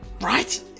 Right